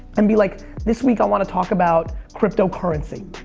and be like this week i wanna talk about cryptocurrency.